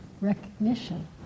recognition